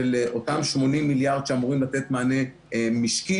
של אותם 80 מיליארד שאמורים לתת מענה משקי.